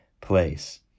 place